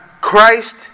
Christ